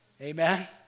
Amen